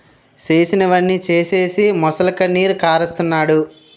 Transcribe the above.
చేసినవన్నీ సేసీసి మొసలికన్నీరు కారస్తన్నాడు